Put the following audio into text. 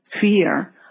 fear